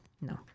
No